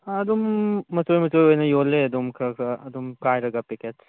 ꯑꯗꯨꯝ ꯃꯆꯣꯏ ꯃꯆꯣꯏ ꯑꯣꯏꯅ ꯌꯣꯜꯂꯦ ꯑꯗꯨꯝ ꯈꯔ ꯈꯔ ꯑꯗꯨꯝ ꯀꯥꯏꯔꯒ ꯄꯦꯛꯀꯦꯠ